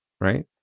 right